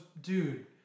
Dude